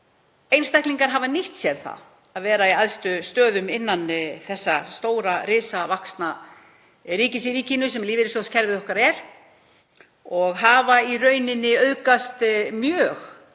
einstaklingar hafa nýtt sér að vera í æðstu stöðum innan þessa risavaxna ríkis í ríkinu sem lífeyrissjóðskerfið okkar er og hafa í rauninni auðgast mjög